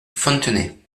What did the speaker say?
fontenay